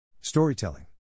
Storytelling